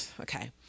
Okay